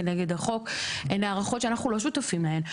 כנגד החוק הן הערכות שאנחנו לא שותפים להם.